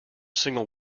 single